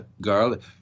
garlic